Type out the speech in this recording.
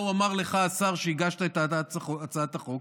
מה הוא אמר לך כשהגשת את הצעת החוק,